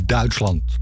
Duitsland